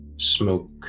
Smoke